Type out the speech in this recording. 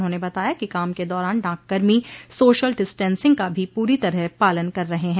उन्होंने बताया कि काम के दौरान डाक कर्मी सोशल डिस्टंसिंग का भी पूरी तरह पालन कर रहे हैं